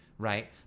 Right